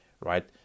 right